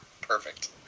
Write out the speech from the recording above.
perfect